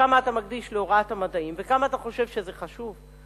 כמה אתה מקדיש להוראת המדעים וכמה אתה חושב שזה חשוב,